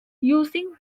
using